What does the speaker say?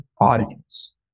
audience